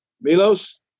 Milos